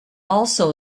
also